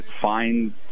find